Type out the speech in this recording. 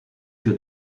für